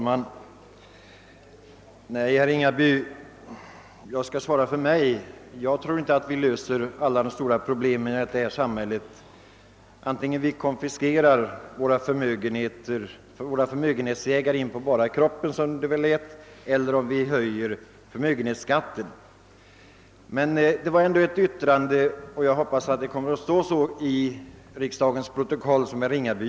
Herr talman! Jag skall svara för mig själv, herr Ringaby. Jag tror inte att vi löser alla de stora problemen i detta samhälle genom att plocka förmögenhetsägarna in på bara kroppen genom att helt konfiskera deras förmögenheter eller genom att höja förmögenhetsskatten. Jag vill fästa uppmärksamheten på ett yttrande som herr Ringaby gjorde, nämligen: Det är genom momsen som ni har att hämta pengarna.